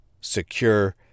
secure